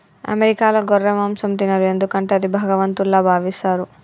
అమెరికాలో గొర్రె మాంసం తినరు ఎందుకంటే అది భగవంతుల్లా భావిస్తారు